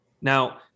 Now